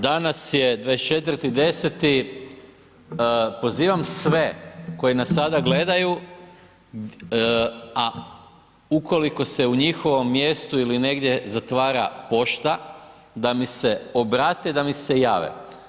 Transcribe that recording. Danas je 24.10., pozivam sve koji nas sada gledaju, a ukoliko se u njihovom mjestu ili negdje zatvara pošta da mi se obrate, da mi se jave.